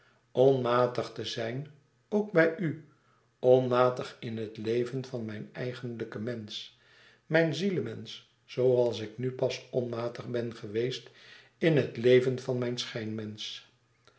te zijn ook bij u onmatig in het leven van mijn eigenlijken mensch mijn zielemensch zooals ik nu pas onmatig ben geweest in het leven van mijn